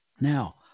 Now